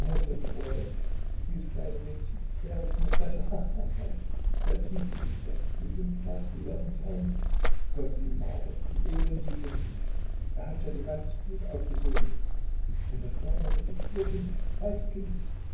dieses kleine mädchen eriks maitresse ha ha ha setzen sie sich doch sie sind blaß sie werden fallen gott wie mager wie elend sie sind er hat ja ihr ganzes blut aufgesogen und das kleine da ist ihr kind falks kind